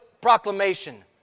Proclamation